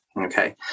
okay